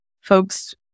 folks